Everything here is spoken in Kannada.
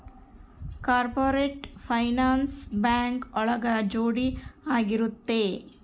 ಕಾರ್ಪೊರೇಟ್ ಫೈನಾನ್ಸ್ ಬ್ಯಾಂಕ್ ಒಳಗ ಜೋಡಿ ಆಗಿರುತ್ತೆ